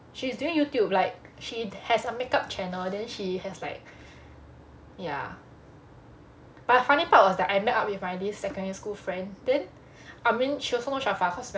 she's doing youtube like she has a makeup channel then she has like ya but the funny part was like I met up with my this secondary school friend then I mean she also know sharfaa cause